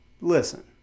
Listen